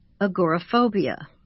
agoraphobia